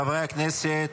חברי הכנסת.